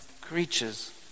creatures